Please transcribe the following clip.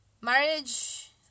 Marriage